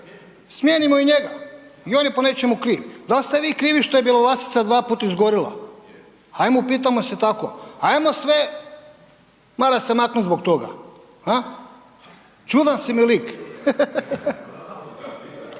smijenimo i njega i on je po nečemu kriv. Dal ste vi krivi što je Bjelolasica 2 puta izgorjela, ajmo upitajmo se tako? Ajmo sve Marase maknut zbog toga. Ha, čudan si mi lik.